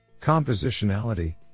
Compositionality